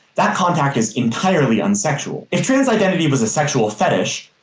that contact is entirely unsexual. if trans identity was a sexual fetish,